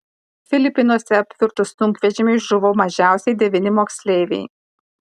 filipinuose apvirtus sunkvežimiui žuvo mažiausiai devyni moksleiviai